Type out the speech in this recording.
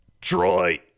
Troy